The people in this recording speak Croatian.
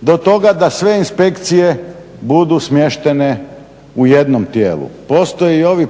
do toga da sve inspekcije budu smještene u jednom tijelu. Postoje i ovi